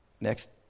Next